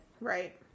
Right